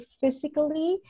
physically